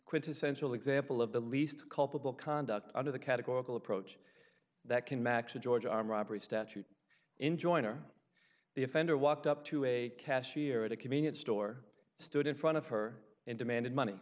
quintessential example of the least culpable conduct under the categorical approach that can max a georgia arm robbery statute enjoin or the offender walked up to a cashier at a convenience store stood in front of her and demanded money